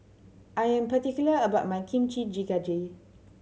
I am particular about my Kimchi Jjigae